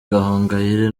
gahongayire